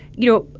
you know,